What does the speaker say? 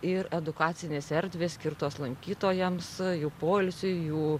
ir edukacinės erdvės skirtos lankytojams jų poilsiui jų